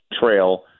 trail